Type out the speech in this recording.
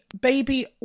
baby